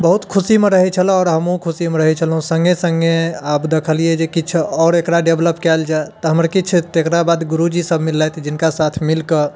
बहुत खुशीमे रहै छलऽ आओर हमहुँ खुशीमे रहै छलहुँ सङ्गे सङ्गे आब दखलियै जे किछु आओर एकरा डेवलप कयल जाय तऽ हमर किछु तेकरा बाद गुरुजी सभ मिललथि जिनका साथ मिलकऽ